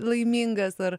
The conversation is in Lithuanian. laimingas ar